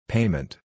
Payment